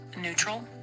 neutral